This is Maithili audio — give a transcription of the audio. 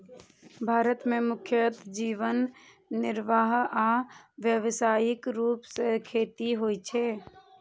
भारत मे मुख्यतः जीवन निर्वाह आ व्यावसायिक रूप सं खेती होइ छै